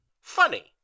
funny